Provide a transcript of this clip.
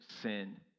sin